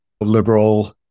liberal